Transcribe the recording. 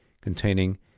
containing